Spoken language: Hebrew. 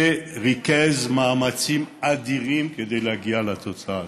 זה ריכז מאמצים אדירים כדי להגיע לתוצאה הזאת.